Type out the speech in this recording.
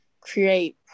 create